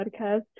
podcast